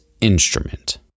instrument